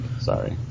sorry